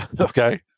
Okay